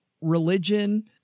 religion